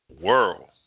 world